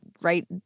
right